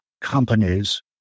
companies